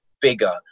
bigger